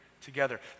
together